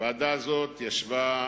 הוועדה הזאת ישבה,